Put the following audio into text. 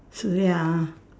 சரியா:sariyaa